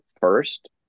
first